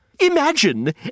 Imagine